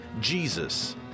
Jesus